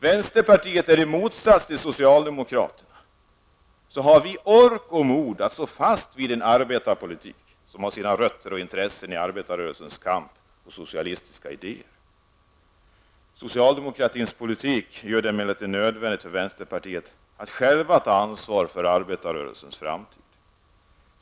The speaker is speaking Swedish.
Vänsterpartiet har i motsats till socialdemokraterna ork och mod att stå fast vid en arbetarpolitik som har sina rötter och intressen i arbetarrörelsens kamp och socialistiska idéer. Socialdemokratins politik gör det emellertid nödvändigt för vänsterpartiet att självt ta ansvaret för arbetarrörelsens framtid.